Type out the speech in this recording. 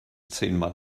zehnmal